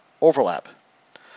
overlap